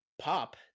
pop